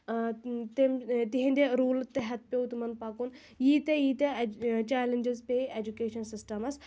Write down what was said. آ تٔمۍ تِہٕنٛدِ روٗلہٕ تحت پٮ۪و تِمَن پَکُن ییٖتیاہ ییٖتاہ اَتہِ چَلینجِس پیٚیہِ ایجوٗکیشَن سِسٹَمَس